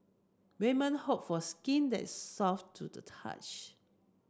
women hope for skin that's soft to the touch